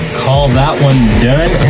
call that one done